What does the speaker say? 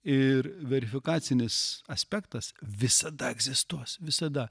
ir verfikacinis aspektas visada egzistuos visada